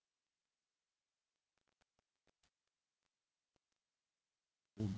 oh